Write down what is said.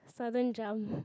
sudden jump